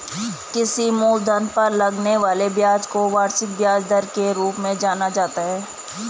किसी मूलधन पर लगने वाले ब्याज को वार्षिक ब्याज दर के रूप में जाना जाता है